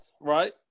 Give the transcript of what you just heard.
right